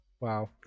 Wow